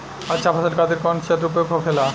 अच्छा फसल खातिर कौन क्षेत्र उपयुक्त होखेला?